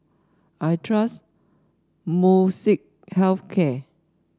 I trust Molnylcke Health Care